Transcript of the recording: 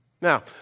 Now